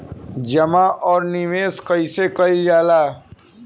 जमा और निवेश कइसे कइल जाला?